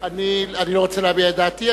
לא רוצה להביע את דעתי.